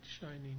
shining